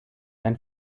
ein